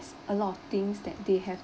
a lot of things that they have